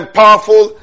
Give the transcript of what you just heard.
powerful